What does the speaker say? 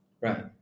right